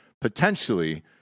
Potentially